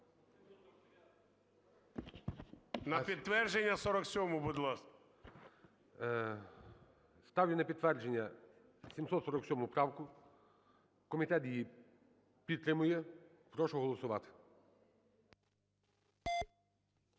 На підтвердження 47-у, будь ласка. ГОЛОВУЮЧИЙ. Ставлю на підтвердження 747 правку. Комітет її підтримує. Прошу голосувати.